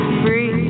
free